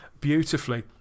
beautifully